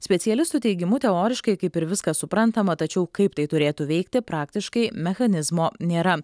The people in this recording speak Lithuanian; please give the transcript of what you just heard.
specialistų teigimu teoriškai kaip ir viskas suprantama tačiau kaip tai turėtų veikti praktiškai mechanizmo nėra